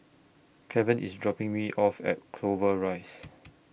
Keven IS dropping Me off At Clover Rise